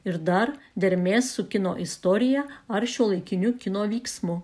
ir dar dermės su kino istorija ar šiuolaikiniu kino vyksmu